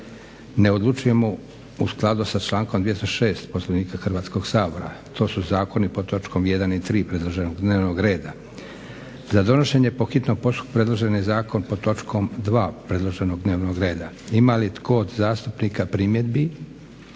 ne odlučujemo u skladu sa člankom 206. Poslovnika Hrvatskog sabora, to su zakoni pod točkom 1 i 3 predloženog dnevnog reda. Za donošenje po hitnom postupku predloženi zakon pod točkom 2 predloženog dnevnog reda, ima li tko od zastupnika primjedbi